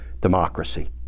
democracy